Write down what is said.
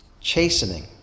chastening